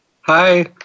Hi